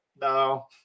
No